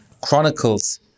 chronicles